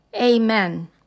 Amen